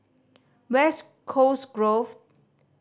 West Coast Grove